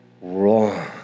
wrong